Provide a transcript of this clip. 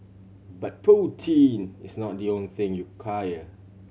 but protein is not the only thing you quire